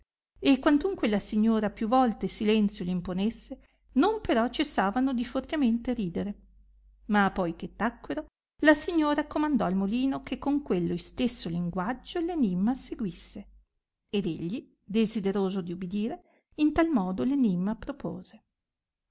e quantunque la signora più volte silenzio l imponesse non però cessavano di fortemente ridere ma poi che tacqueno la signora comandò al molino che con quello istesso linguaggio enimma seguisse ed egli desideroso di ubidire in tal modo enimma propose